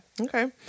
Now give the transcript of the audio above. Okay